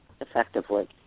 effectively